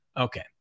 Okay